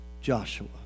Joshua